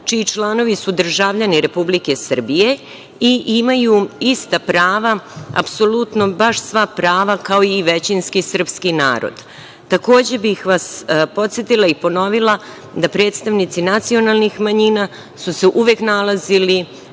čiji članovi su državljani Republike Srbije i imaju ista prava, apsolutno baš sva prava kao i većinski srpski narod. Takođe bih vas podsetila i ponovila da su se predstavnici nacionalnih manjina uvek nalazili